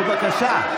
בבקשה.